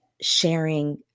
sharing